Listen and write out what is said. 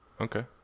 Okay